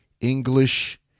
English